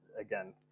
again